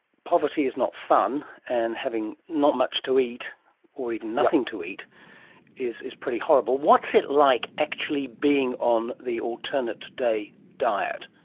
poverty is not fun, and having not much to eat or even nothing to eat is is pretty horrible. what's it like actually being on the alternate-day diet?